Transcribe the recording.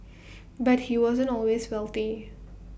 but he wasn't always wealthy